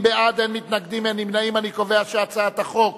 ההצעה להעביר את הצעת חוק